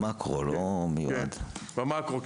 כן, במקרו.